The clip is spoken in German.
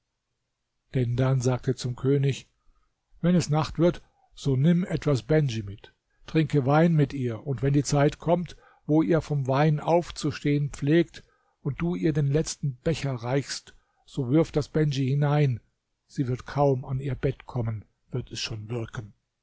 dendan sagte zum könig wenn es nacht wird so nimm etwas bendj mit trinke wein mit ihr und wenn die zeit kommt wo ihr vom wein aufzustehen pflegt und du ihr den letzten becher reichst so wirf das bendj hinein sie wird kaum an ihr bett kommen wird es schon wirken